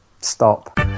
stop